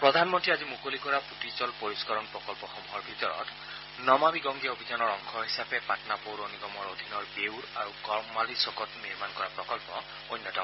প্ৰধানমন্ত্ৰীয়ে আজি মুকলি কৰা পূতিজল পৰিষ্কৰণ প্ৰকল্পসমূহৰ ভিতৰত নমামি গংগে অভিযানৰ অংশ হিচাপে পাটনা পৌৰ নিগমৰ অধীনৰ বেউৰ আৰু কৰ্মালিচ কত নিৰ্মাণ কৰা প্ৰকল্প অন্যতম